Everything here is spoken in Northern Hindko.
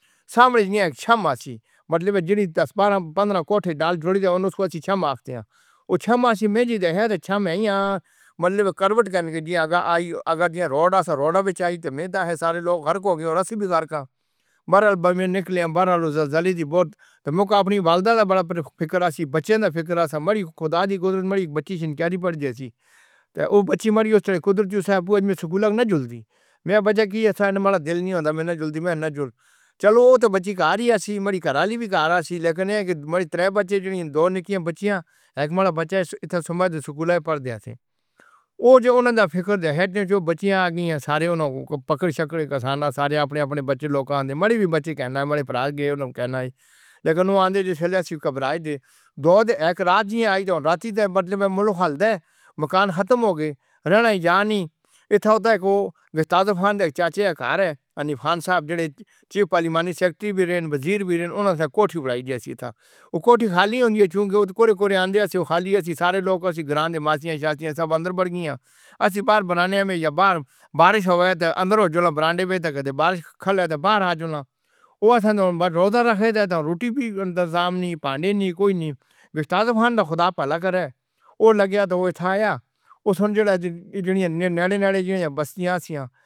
سامنے اک چھمّا تھی۔ مطلب جنہیں دس بارا پاندرا کوٹھے ڈال جُلی تو اُننیس وی چھمّا کہتے ہیں۔ اوہ چھمّا میں سے تو یہی تو چھمّا ہے یا۔ مطلب کلبلٹّا جی اگر آئی اگر روڈ سے روڈا بھی چاہی تو میں تو سارے لوگ غریبوں کی رسی بھی کر کے برف میں نکلے برف جلی تھی بہت۔ تو میں اپنی مالدا سے بڑا فکر سے بچے نہ فکر سے۔ مری خدا دی قدرت مری بچی پڑھی۔ ایسی تو بچی ماری اس ٹریکٹر سے بھی سکول۔ جلدی میں بچا کہ مارا دل نہیں ہوتا۔ میں نہ جلدی میں نہ چلو۔ چلو تو بچی کا آ رہی تھی، میری کراالی بھی باہر سی۔ لیکن یہ ترے بچے جو دو نیکیاں بچیاں اک مالا بچہ تھا، سمجھ سکول پڑھتے تھے۔ وہ جب اُن کا فکر بچیاں گئی ہے سارے پکڑ کر کے سارے اپنے اپنے بچے لوکل ماری بھی بچے کہنا ہے۔ میرے بھرات گِری کہنا لیکر آنند جیسے گھبرائے دے۔ دو اک رات جی آئی راتی حالت مکان ختم ہو گئے۔ رہنے کی جگہ نہیں۔ ایتھے تو گُستافو کا چاچا ہے انیل خان صاحب جو پارلیمنٹ سیکرٹری بھی۔ رینا وزیر بھی ہے اُن کوٹھی بنائی۔ ایسی تھا اوہ کوٹھی خالی ہونگے، جو کوئی کوریا سے خالی کا سارے لوگ شری دیوی کا نام معصومیا سب اندر پڑی ہیں۔ اسی باہر بنانے میں۔ باہر بارش ہو گئے تو اندر ہو جانا۔ برآمدے پر بارش ہونا وہ روز رکھا تھا۔ روٹی بھی تو سامنے بھی کوئی نہیں۔ گُستافو کا خدا بھلا کرے اوہ لگ گیا تو ایتھ آیا اور جو نیلنے والے جی بستیاں سیا۔